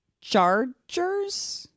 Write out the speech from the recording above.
Chargers